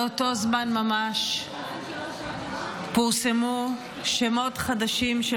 באותו זמן ממש פורסמו שמות חדשים של